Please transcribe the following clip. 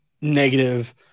negative